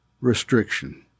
restriction